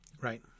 Right